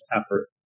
effort